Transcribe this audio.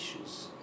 issues